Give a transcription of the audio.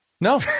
No